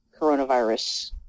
coronavirus